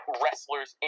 wrestlers